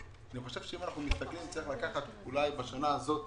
אנחנו רואים שרוב עובדי המשרד הם בעלי השכלה מתואר ראשון,